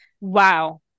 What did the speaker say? Wow